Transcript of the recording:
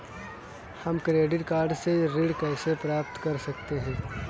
हम credit card से ऋण कैसे प्राप्त कर सकते हैं?